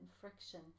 friction